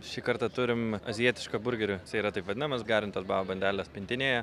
šį kartą turim azijietišką burgerį jisai yra taip vadinamas garintos bao bandelės pintinėje